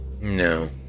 No